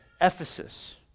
Ephesus